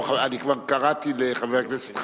חבר הכנסת חנין,